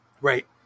Right